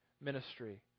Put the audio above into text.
ministry